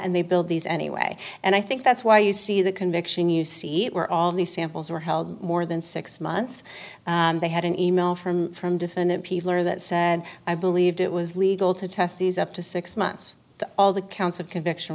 and they build these anyway and i think that's why you see the conviction you see where all these samples were held more than six months they had an e mail from from defendant people or that said i believed it was legal to test these up to six months all the counts of conviction